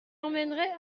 emmènerai